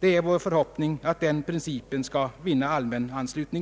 Det är vår förhoppning att den principen skall vinna allmän anslutning.